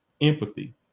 empathy